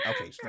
Okay